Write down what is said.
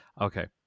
Okay